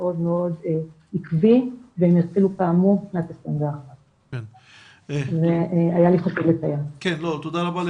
עקבי והם יתחילו כאמור בשנת 2021. תודה רבה,